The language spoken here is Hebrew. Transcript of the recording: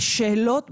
בשאלות.